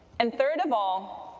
and third of all,